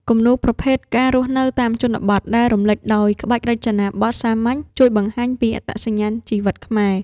គំនូរប្រភេទ ការរស់នៅតាមជនបទ ដែលរំលេចដោយក្បាច់រចនាបថសាមញ្ញ ជួយបង្ហាញពីអត្តសញ្ញាណជីវិតខ្មែរ។